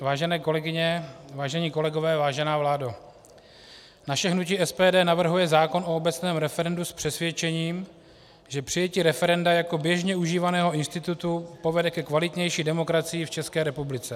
Vážené kolegyně, vážení kolegové, vážená vládo, naše hnutí SPD navrhuje zákon o obecném referendu s přesvědčením, že přijetí referenda jako běžně užívaného institutu povede ke kvalitnější demokracii v České republice.